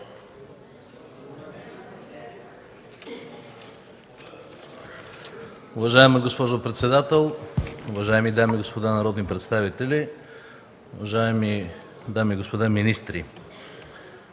Уважаема госпожо председател, уважаеми дами и господа народни представители! Уважаеми господин